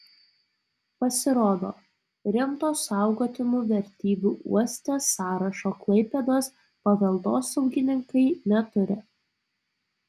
pasirodo rimto saugotinų vertybių uoste sąrašo klaipėdos paveldosaugininkai neturi